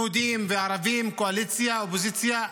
יהודים וערבים, קואליציה ואופוזיציה.